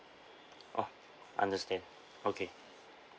oh understand okay